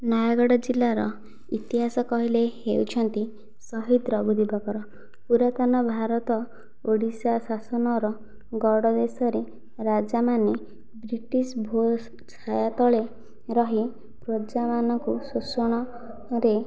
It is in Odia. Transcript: ନୟାଗଡ଼ ଜିଲ୍ଲାର ଇତିହାସ କହିଲେ ହେଉଛନ୍ତି ଶହୀଦ ରଘୁ ଦିବାକର ପୁରାତନ ଭାରତ ଓଡ଼ିଶା ଶାସନର ଗଡ଼ ବିଷୟରେ ରାଜାମାନେ ବ୍ରିଟିଶ ଛାୟା ତଳେ ରହି ପ୍ରଜାମାନଙ୍କୁ ଶୋଷଣରେ